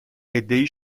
عدهای